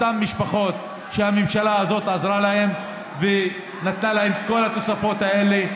אותן משפחות שהממשלה הזאת עזרה להן ונתנה להן את כל התוספות האלה.